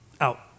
Out